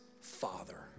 Father